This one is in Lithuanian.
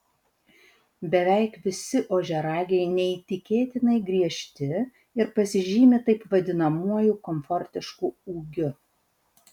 beveik visi ožiaragiai neįtikėtinai griežti ir pasižymi taip vadinamuoju komfortišku ūgiu